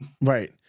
Right